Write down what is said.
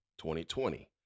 2020